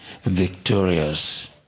victorious